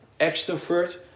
extrovert